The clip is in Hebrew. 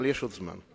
אבל יש עוד זמן.